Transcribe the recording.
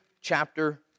chapter